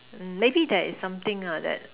maybe there is something lah that